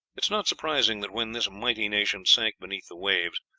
it is not surprising that when this mighty nation sank beneath the waves,